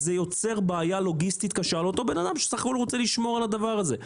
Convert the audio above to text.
זה יוצר בעיה לוגיסטית קשה לאותו אדם שסך הכול רוצה לשמור על הדבר הזה.